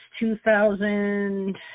2000